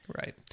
Right